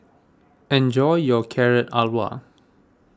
enjoy your Carrot Halwa